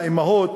האימהות,